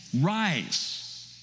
Rise